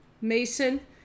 mason